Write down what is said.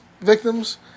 victims